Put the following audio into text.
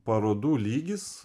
parodų lygis